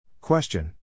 Question